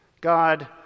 God